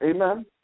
Amen